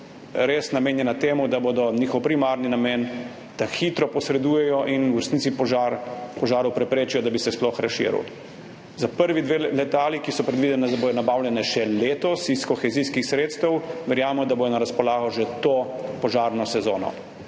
res namenjena temu, da bo njihov primarni namen, da hitro posredujejo in v resnici požaru preprečijo, da bi se sploh razširil. Prvi dve letali, ki sta predvideni, da bosta nabavljeni še letos iz kohezijskih sredstev, verjamemo, da bosta na razpolago že to požarno sezono